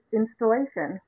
installation